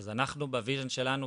אז אנחנו בויז'ן שלנו,